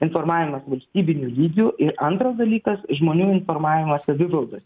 informavimas valstybiniu lygiu ir antras dalykas žmonių informavimas savivaldos